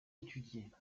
étudier